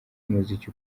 umuziki